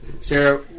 Sarah